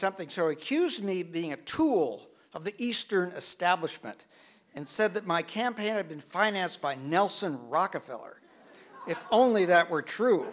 something so accused me being a tool of the eastern establishment and said that my campaign had been financed by nelson rockefeller if only that were true